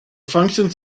functions